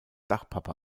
dachpappe